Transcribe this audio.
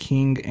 King